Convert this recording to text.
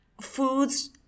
foods